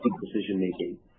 decision-making